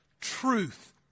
truth